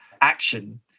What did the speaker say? action